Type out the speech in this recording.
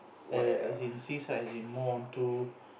err as in seaside as in more onto